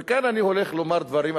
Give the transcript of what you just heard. וכאן אני הולך לומר דברים,